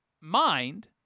mind